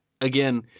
Again